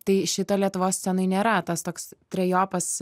tai šito lietuvos scenoj nėra tas toks trejopas